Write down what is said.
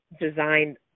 design